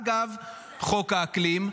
אגב חוק האקלים,